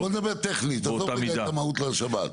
לא, בוא נדבר טכנית, עזוב את המהות של השבת.